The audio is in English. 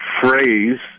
phrase